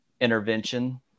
intervention